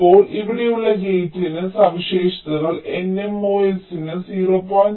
ഇപ്പോൾ ഇവിടെയുള്ള ഗേറ്റിന് സവിശേഷതകൾ nMOS ന് 0